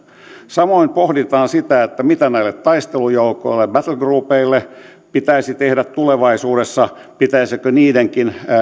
samoin pohditaan sitä mitä näille taistelujoukoille battlegroupeille pitäisi tehdä tulevaisuudessa pitäisikö niidenkin